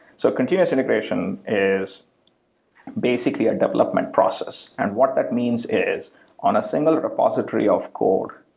so continuous integration is basically a development process, and what that means is on a single repository of code,